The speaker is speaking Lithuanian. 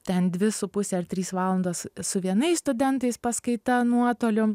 ten dvi su puse ar trys valandos su vienais studentais paskaita nuotoliu